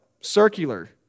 circular